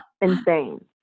Insane